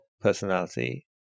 personality